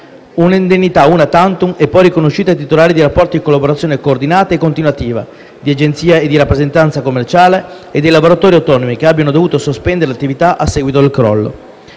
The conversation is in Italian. Un’indennità una tantum è poi riconosciuta ai titolari di rapporti di collaborazione coordi- nata e continuativa, di agenzia e di rappresentanza commerciale e dei lavoratori autonomi che abbiano dovuto sospendere l’attività a seguito del crollo.